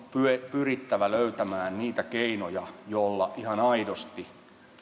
pyrittävä löytämään niitä keinoja joilla ihan aidosti